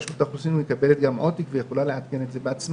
רשות האוכלוסין מקבלת גם עותק ויכולה לעדכן את זה בעצמה.